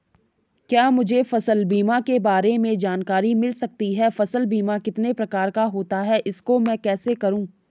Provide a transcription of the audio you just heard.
क्या मुझे फसल बीमा के बारे में जानकारी मिल सकती है फसल बीमा कितने प्रकार का होता है इसको मैं कैसे करूँ?